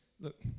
look